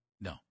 No